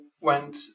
went